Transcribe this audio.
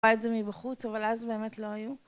רואה את זה מבחוץ אבל אז באמת לא היו